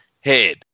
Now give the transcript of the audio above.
head